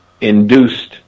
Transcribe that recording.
induced